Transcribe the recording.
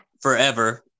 forever